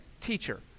teacher